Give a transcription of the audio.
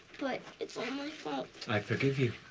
but it's all my fault. i forgive you.